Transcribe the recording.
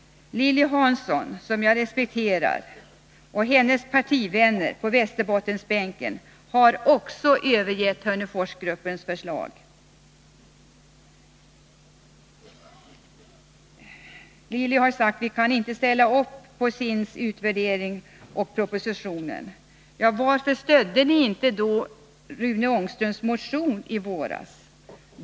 Lilly Hansson och hennes partivänner på Västerbottensbänken har också övergett Hörneforsgruppens förslag. Lilly Hansson har sagt att socialdemokraterna inte kan ställa upp på SIND:s utvärdering eller propositionen. Varför stödde ni inte då i våras Rune Ångströms motion?